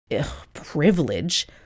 privilege